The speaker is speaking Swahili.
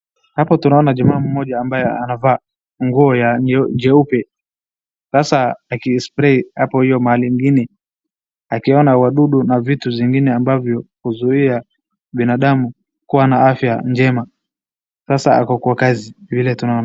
Hapo tunaona jamaa mmoja ambaye anavaa nguo ya jeupe sasa aki spray hapo mahali ingine akiona wadudu na vitu zingine ambavyo huzuia binadamu kuwa na afya njema. Sasa ako kwa kazi vile tunaona.